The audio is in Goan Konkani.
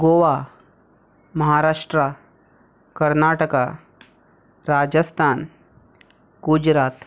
गोवा महाराष्ट्रा कर्नाटका राजस्थान गुजरात